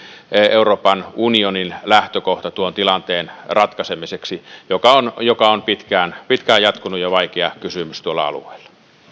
euroopan unionin lähtökohta tuon tilanteen ratkaisemiseksi joka on joka on pitkään pitkään jatkunut ja on vaikea kysymys tuolla alueella